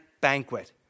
banquet